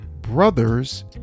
brothers